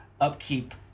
upkeep